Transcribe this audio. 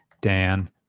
Dan